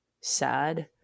sad